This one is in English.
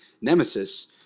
Nemesis